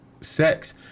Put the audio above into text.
sex